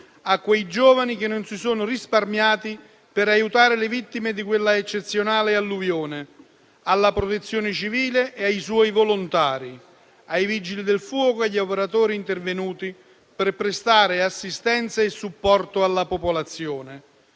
a quei giovani che non si sono risparmiati per aiutare le vittime di quell'eccezionale alluvione: dalla Protezione civile ai suoi volontari, dai Vigili del fuoco agli operatori intervenuti per prestare assistenza e supporto alla popolazione,